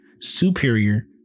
superior